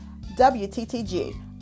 wttg